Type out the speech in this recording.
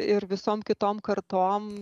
ir visom kitom kartom